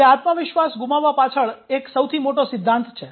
તે આત્મવિશ્વાસ ગુમાવવા પાછળનો એક સૌથી મોટો સિદ્ધાંત છે